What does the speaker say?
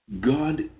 God